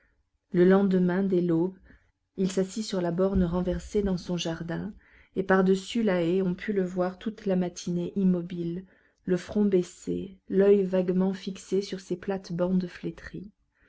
le lendemain dès l'aube il s'assit sur la borne renversée dans son jardin et par-dessus la haie on put le voir toute la matinée immobile le front baissé l'oeil vaguement fixé sur ses plates-bandes flétries